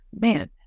man